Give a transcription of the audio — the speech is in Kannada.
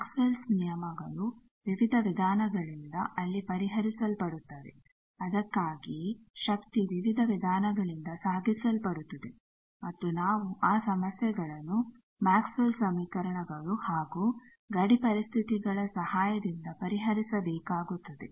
ಮ್ಯಾಕ್ಸ್ವೆಲ್ಲ್ಸ್ Maxwells ನಿಯಮಗಳು ವಿವಿಧ ವಿಧಾನಗಳಿಂದ ಅಲ್ಲಿ ಪರಿಹರಿಸಲ್ಪಡುತ್ತವೆ ಅದಕ್ಕಾಗಿಯೇ ಶಕ್ತಿ ವಿವಿಧ ವಿಧಾನಗಳಿಂದ ಸಾಗಿಸಲ್ಪಡುತ್ತದೆ ಮತ್ತು ನಾವು ಆ ಸಮಸ್ಯೆಗಳನ್ನು ಮ್ಯಾಕ್ಸ್ವೆಲ್ಲ್ಸ್ Maxwells ಸಮೀಕರಣಗಳು ಹಾಗೂ ಗಡಿ ಪರಿಸ್ಥಿತಿಗಳ ಸಹಾಯದಿಂದ ಪರಿಹರಿಸ ಬೇಕಾಗುತ್ತದೆ